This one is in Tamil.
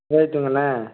ரைட்டுங்கண்ணா